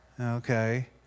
Okay